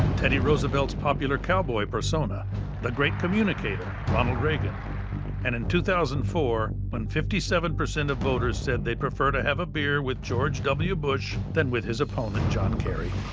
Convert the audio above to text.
teddy roosevelt's popular cowboy persona the great communicator, ronald reagan and in two thousand and four, when fifty seven percent of voters said they'd prefer to have a beer with george w. bush than with his opponent, john kerry.